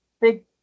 big